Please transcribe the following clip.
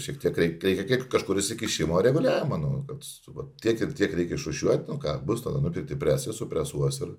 šiek tiek reikia tiek kažkur įsikišimo reguliavo nu vat kad tiek ir tiek reikia išrūšiuot nu ką bus tada nupirkti presai supresuos ir